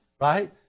Right